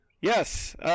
Yes